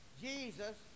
Jesus